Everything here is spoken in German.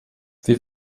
wir